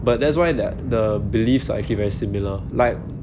but that's why the the beliefs are actually very similar like